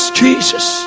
jesus